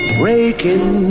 breaking